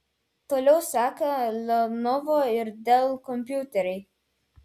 toliau seka lenovo ir dell kompiuteriai